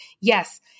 Yes